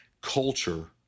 culture